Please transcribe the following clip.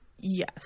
yes